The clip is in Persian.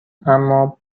اما